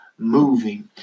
Moving